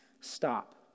Stop